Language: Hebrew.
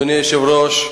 אדוני היושב-ראש,